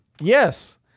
Yes